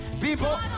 People